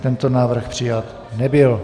Tento návrh přijat nebyl.